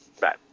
Bye